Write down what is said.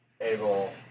able